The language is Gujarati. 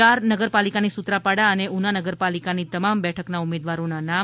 ચાર નગરપાલિકાની સૂત્રાપાડા અનેઉના નગરપાલિકાની તમામ બેઠકના ઉમેદવારો જાહેર કરાયા છે